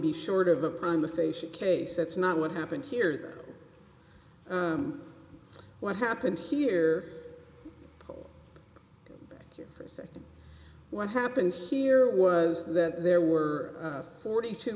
be short of a crime if they should case that's not what happened here what happened here you are saying what happened here was that there were forty two